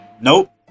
Nope